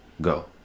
go